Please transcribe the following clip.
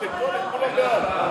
אני רוצה להגיד ולתת פה כמה מספרים.